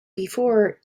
before